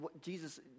Jesus